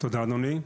תודה אדוני.